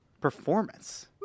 performance